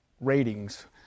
ratings